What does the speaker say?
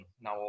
now